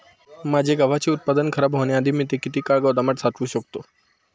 माझे गव्हाचे उत्पादन खराब होण्याआधी मी ते किती काळ गोदामात साठवू शकतो?